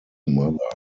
mother